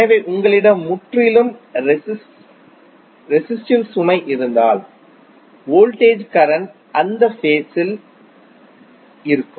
எனவே உங்களிடம் முற்றிலும் ரெசிஸ்டிவ் சுமை இருந்தால் வோல்டேஜ் கரண்ட் அந்த ஃபேஸில் இருக்கும்